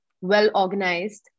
well-organized